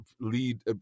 lead